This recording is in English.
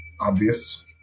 obvious